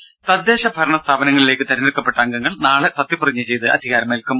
രുട തദ്ദേശ സ്ഥാപനങ്ങളിലേക്ക് തിരഞ്ഞെടുക്കപ്പെട്ട അംഗങ്ങൾ നാളെ സത്യപ്രതിജ്ഞ ചെയ്ത് അധികാരമേൽക്കും